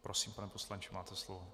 Prosím, pane poslanče, máte slovo.